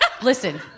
Listen